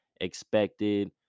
expected